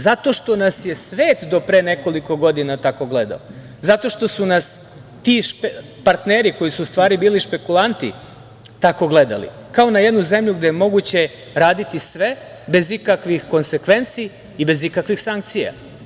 Zato što nas je svet do pre nekoliko godina tako gledao, zato što su nas ti partneri što su u stvari bili špekulanti tako gledali, kao na jednu zemlju gde je moguće raditi sve, bez ikakvih konsekvenci i bez ikakvih sankcija.